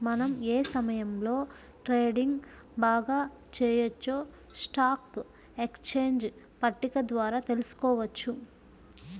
మనం ఏ సమయంలో ట్రేడింగ్ బాగా చెయ్యొచ్చో స్టాక్ ఎక్స్చేంజ్ పట్టిక ద్వారా తెలుసుకోవచ్చు